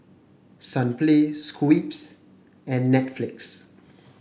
Sunplay Schweppes and Netflix